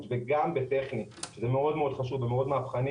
וגם בטכני זה מאוד מאוד חשוב ומאוד מהפכני.